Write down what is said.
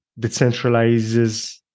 decentralizes